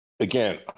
Again